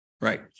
Right